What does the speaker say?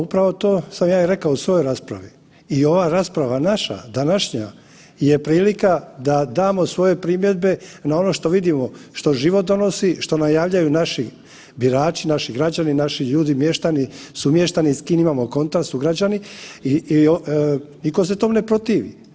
Pa upravo to sam ja i rekao u svojoj raspravi i ova rasprava naša današnja je prilika da damo svoje primjedbe na ono što vidimo, što život donosi, što nam javljaju naši birači, naši građani, naši ljudi, mještani, sumještani, s kim imamo kontakt, sugrađani i nitko se tom ne protivi.